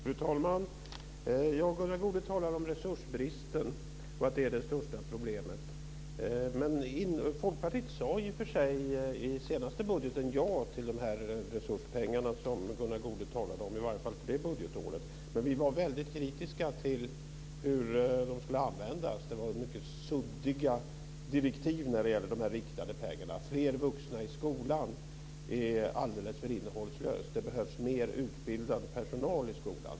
Fru talman! Gunnar Goude talar om resursbristen och säger att det är det största problemet. Folkpartiet sade i och för sig i den senaste budgeten ja till de resurspengar som Gunnar Goude talade om, i varje fall för det budgetåret. Men vi var kritiska till hur de skulle användas. Det var mycket suddiga direktiv när det gällde de riktade pengarna. "Fler vuxna i skolan" är alldeles för innehållslöst. Det behövs mer utbildad personal i skolan.